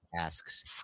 asks